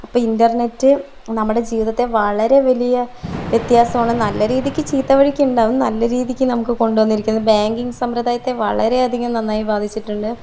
അപ്പോൾ ഇൻറ്റർനെറ്റ് നമ്മുടെ ജീവിതത്തെ വളരെ വലിയ വ്യത്യാസമാണ് നല്ല രീതിക്ക് ചീത്ത വഴിക്കുണ്ട് നല്ല രീതിക്ക് നമുക്ക് കൊണ്ടു വന്നിരിക്കുന്നത് ബാങ്കിങ് സമ്പ്രദായത്തെ വളരെ അധികം നന്നായി ബാധിച്ചിട്ടുണ്ട്